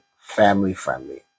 family-friendly